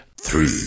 three